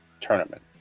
tournament